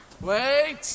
Wait